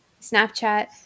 Snapchat